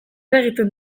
egiten